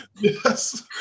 Yes